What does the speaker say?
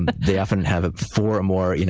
but they often have four more you know